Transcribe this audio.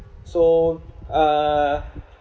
so uh